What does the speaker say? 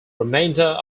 remainder